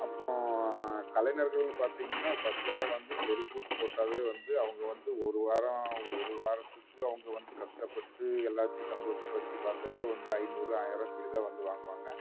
அப்றம் கலைஞர்கள்னு பார்த்திங்கனா ஃபஸ்ட்டு எல்லாம் வந்து தெருக்கூத்து போட்டாலே வந்து அவங்க வந்து ஒரு வாரம் ஒ ஒரு வாரத்துக்கு அவங்க வந்து கஷ்டப்பட்டு எல்லாத்தையும் சந்தோஷப்படுத்தி பாத்தாலே வந்து ஐநூறு ஆயிரம் இப்படி தான் வந்து வாங்குவாங்க